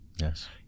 Yes